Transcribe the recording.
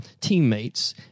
teammates